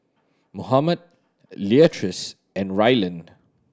Mohammad Leatrice and Rylan